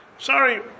Sorry